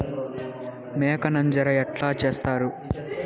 మేక నంజర ఎట్లా సేస్తారు?